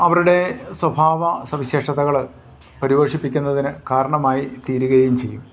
അവരുടെ സ്വഭാവ സവിശേഷതകൾ പരിപോഷിപ്പിക്കുന്നതിനു കാരണമായി തീരുകയും ചെയ്യും